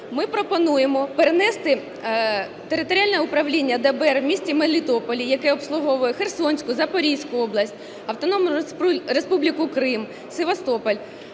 ми пропонуємо перенести територіальне управління ДБР в місті Мелітополі, яке обслуговує Херсонську, Запорізьку область, Автономну Республіку Крим, Севастополь,